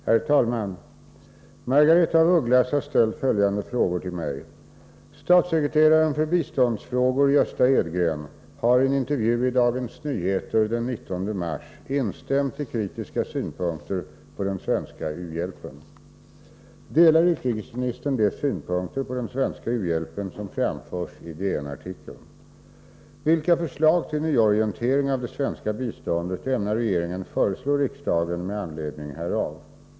Herr talman! Margaretha af Ugglas har ställt följande frågor till mig: Statssekreteraren för biståndsfrågor Gösta Edgren har i en intervju i Dagens Nyheter den 19 mars instämt i kritiska synpunkter på den svenska u-hjälpen. Delar utrikesministern de synpunkter på den svenska u-hjälpen som framförs i DN-artikeln?